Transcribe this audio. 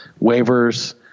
waivers